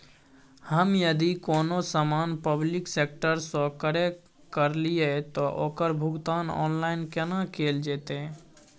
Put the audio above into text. हम यदि कोनो सामान पब्लिक सेक्टर सं क्रय करलिए त ओकर भुगतान ऑनलाइन केना कैल जेतै?